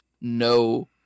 no